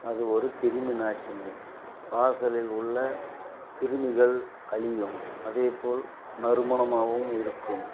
அது ஒரு கிருமி நாசினி வாசலில் உள்ள கிருமிகள் அழியும் அதேபோல் நறுமணமாகவும் இருக்கும்